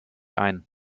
ein